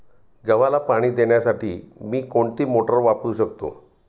गव्हाला पाणी देण्यासाठी मी कोणती मोटार वापरू शकतो?